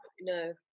no